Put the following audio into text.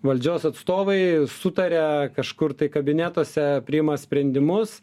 valdžios atstovai sutaria kažkur tai kabinetuose priima sprendimus